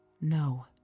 No